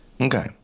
Okay